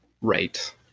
Right